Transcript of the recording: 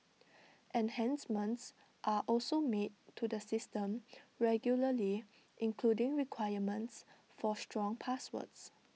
enhancements are also made to the system regularly including requirements for strong passwords